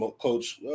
coach